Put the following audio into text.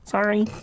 Sorry